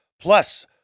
Plus